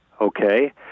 Okay